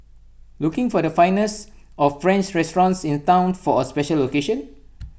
looking for the finest of French restaurants in Town for A special occasion